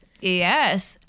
Yes